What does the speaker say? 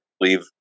leave